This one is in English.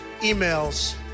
emails